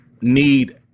need